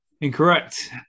Incorrect